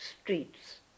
streets